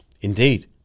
Indeed